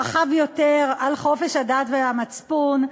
רחב יותר על חופש הדת והמצפון,